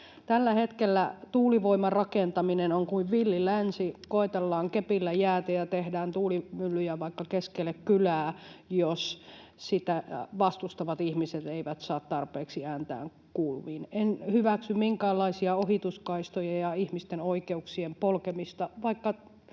Tällä hetkellä tuulivoiman rakentaminen on kuin villi länsi: koetellaan kepillä jäätä ja tehdään tuulimyllyjä vaikka keskelle kylää, jos sitä vastustavat ihmiset eivät saa tarpeeksi ääntään kuuluviin. En hyväksy minkäänlaisia ohituskaistoja ja ihmisten oikeuksien polkemista,